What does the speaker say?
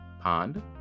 pond